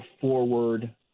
forward